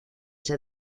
sea